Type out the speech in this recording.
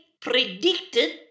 predicted